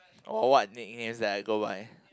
oh what nicknames that I go by